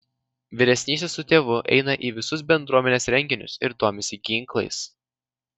vyresnysis su tėvu eina į visus bendruomenės renginius ir domisi ginklais